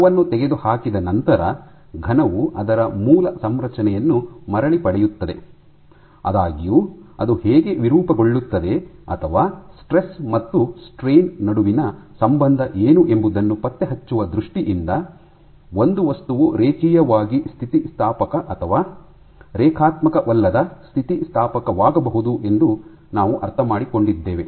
ಬಲವನ್ನು ತೆಗೆದುಹಾಕಿದ ನಂತರ ಘನವು ಅದರ ಮೂಲ ಸಂರಚನೆಯನ್ನು ಮರಳಿ ಪಡೆಯುತ್ತದೆ ಆದಾಗ್ಯೂ ಅದು ಹೇಗೆ ವಿರೂಪಗೊಳ್ಳುತ್ತದೆ ಅಥವಾ ಸ್ಟ್ರೆಸ್ ಮತ್ತು ಸ್ಟ್ರೈನ್ ನಡುವಿನ ಸಂಬಂಧ ಏನು ಎಂಬುದನ್ನು ಪತ್ತೆಹಚ್ಚುವ ದೃಷ್ಟಿಯಿಂದ ಒಂದು ವಸ್ತುವು ರೇಖೀಯವಾಗಿ ಸ್ಥಿತಿಸ್ಥಾಪಕ ಅಥವಾ ರೇಖಾತ್ಮಕವಲ್ಲದ ಸ್ಥಿತಿಸ್ಥಾಪಕವಾಗಬಹುದು ಎಂದು ನಾವು ಅರ್ಥಮಾಡಿಕೊಂಡಿದ್ದೇವೆ